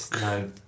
No